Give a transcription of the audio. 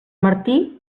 martí